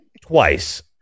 twice